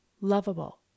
lovable